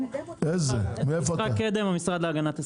אפשר לומר משהו, המשרד להגנת הסביבה?